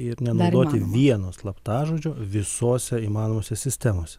ir nenaudoti vieno slaptažodžio visose įmanomose sistemose